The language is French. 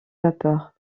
vapeur